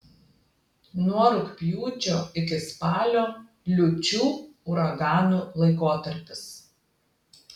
nuo rugpjūčio iki spalio liūčių uraganų laikotarpis